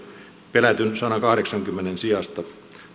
pelätyn sadankahdeksankymmenen sijasta